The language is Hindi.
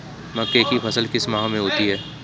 मक्के की फसल किस माह में होती है?